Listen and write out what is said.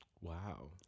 Wow